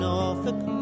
Norfolk